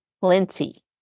plenty